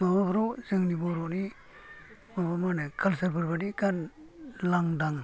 माबाफ्राव जोंनि बर'नि माबा मा होनो कालसारफोर बादि गान लांदां